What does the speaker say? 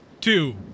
two